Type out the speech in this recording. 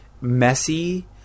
messy